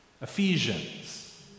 Ephesians